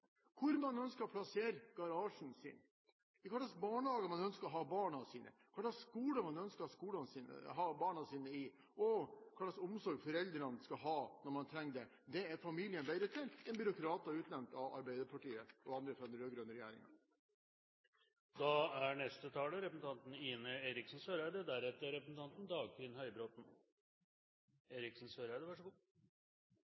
hvor man ønsker å plassere garasjen sin, i hvilken barnehage man ønsker å ha barna sine, hva slags skole man ønsker å ha barna sine i, og hva slags omsorg foreldrene skal ha når man trenger det. Det er familien bedre til enn byråkrater utnevnt av Arbeiderpartiet og andre fra den